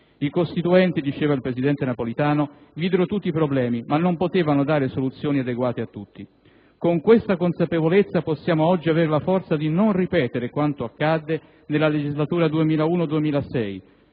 «I costituenti videro tutti i problemi, ma non potevano dare soluzioni adeguate a tutti». Con questa consapevolezza possiamo oggi avere la forza di non ripetere quanto accadde nella legislatura 2001-2006,